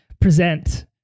present